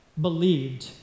believed